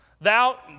thou